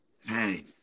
hey